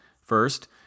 First